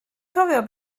cofio